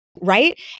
Right